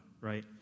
right